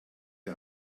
die